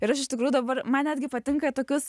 ir aš iš tikrųjų dabar man netgi patinka į tokius